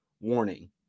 warning